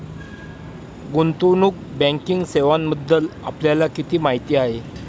गुंतवणूक बँकिंग सेवांबद्दल आपल्याला किती माहिती आहे?